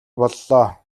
боллоо